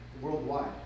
worldwide